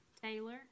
Taylor